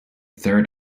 third